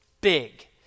big